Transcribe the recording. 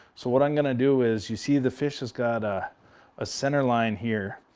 so what i'm going to do is, you see the fish has got a ah center line here.